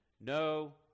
no